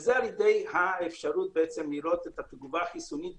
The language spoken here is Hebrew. וזה על ידי האפשרות לראות את התגובה החיסונית,